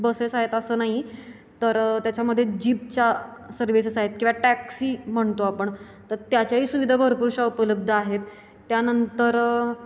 buses आहेत असं नाही तर त्याच्यामध्ये जीपच्या सर्विसेस आहेत किंवा टॅक्सी म्हणतो आपण तर त्याच्याही सुविधा भरपूरशा उपलब्ध आहेत त्यानंतर